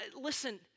Listen